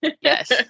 Yes